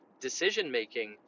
decision-making